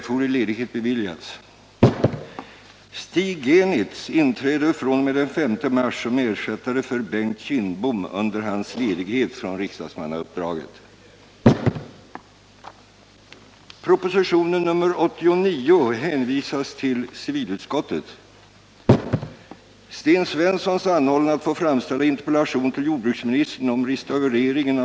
Finansutskottets betänkande nr 20 och skatteutskottets betänkande nr 29 debatteras i ett sammanhang, och yrkanden beträffande båda dessa betänkanden får framställas under den gemensamma överläggningen.